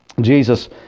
Jesus